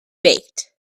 baked